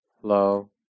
flow